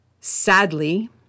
Sadly